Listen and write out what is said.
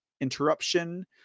interruption